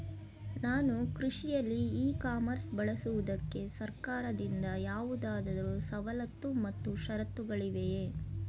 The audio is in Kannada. ನಾನು ಕೃಷಿಯಲ್ಲಿ ಇ ಕಾಮರ್ಸ್ ಬಳಸುವುದಕ್ಕೆ ಸರ್ಕಾರದಿಂದ ಯಾವುದಾದರು ಸವಲತ್ತು ಮತ್ತು ಷರತ್ತುಗಳಿವೆಯೇ?